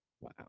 Wow